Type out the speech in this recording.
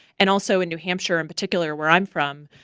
and also in new hampshire in particular where i'm from.